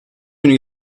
günü